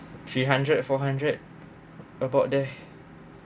three hundred four hundred about there